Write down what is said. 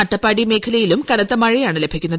അട്ടപ്പാടി മേഖലയിലും കനത്ത മഴയാണ് ലഭിക്കുന്നത്